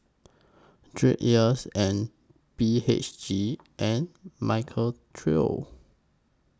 Dreyers and B H G and Michael Trio